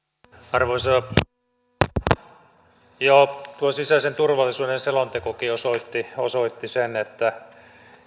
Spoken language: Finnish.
arvoisa puhemies jo sisäisen turvallisuuden selontekokin osoitti osoitti sen että